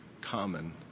common